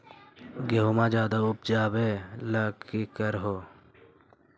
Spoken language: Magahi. गेहुमा ज्यादा उपजाबे ला की कर हो?